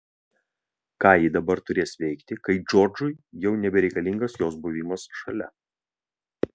ką ji dabar turės veikti kai džordžui jau nebereikalingas jos buvimas šalia